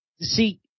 see